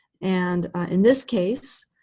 and in this case,